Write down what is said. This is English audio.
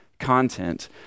content